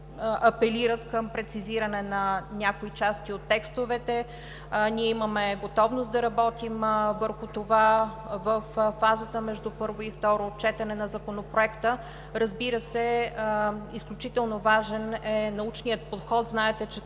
апелират към прецизиране на някои части от текстовете. Ние имаме готовност да работим върху това – във фазата между първо и второ четене на Законопроекта. Разбира се, изключително важен е научният подход. Знаете, че